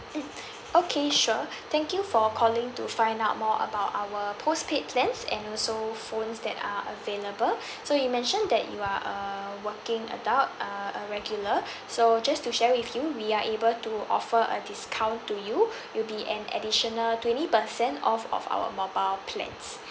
mm okay sure thank you for calling to find out more about our postpaid plans and also phones that are available so you mentioned that you are a working adult uh a regular so just to share with you we are able to offer a discount to you it will be an additional twenty percent off of our mobile plans